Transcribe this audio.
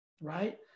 right